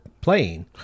playing